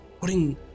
putting